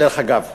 דרך אגב,